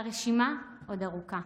והרשימה עוד ארוכה.